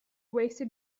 wasted